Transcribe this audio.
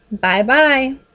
Bye-bye